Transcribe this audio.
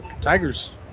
Tigers